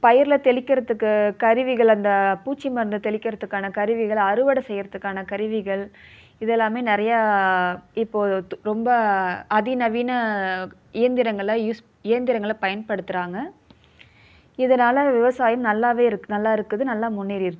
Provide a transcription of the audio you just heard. பயிரில் தெளிக்கிறதுக்கு கருவிகள் அந்த பூச்சி மருந்து தெளிக்கிறதுக்கான கருவிகள் அறுவடை செய்யுறத்துக்கான கருவிகள் இதெல்லாமே நிறையா இப்போது ரொம்ப அதி நவீன இயந்திரங்களை யூஸ் இயந்திரங்கள பயன்படுத்துகிறாங்க இதனால் விவசாயம் நல்லாவே இருக்குது நல்லா இருக்குது நல்லா முன்னேறி இருக்குது